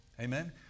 amen